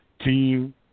team